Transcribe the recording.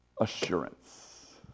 assurance